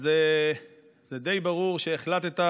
אז זה די ברור שהחלטת,